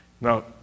Now